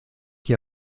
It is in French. qui